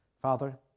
Father